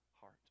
heart